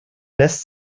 lässt